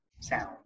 sound